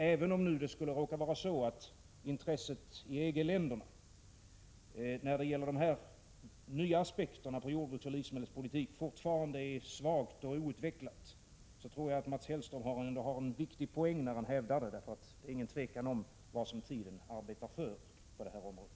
Även om det nu råkar vara så, att intresset i EG-länderna när det gäller dessa nya aspekter på jordbruksoch livsmedelspolitiken fortfarande är svagt och outvecklat, tror jag att Mats Hellström har en viktig poäng när han hävdar denna utgångspunkt. Det är inget tvivel om vad tiden arbetar för på detta område.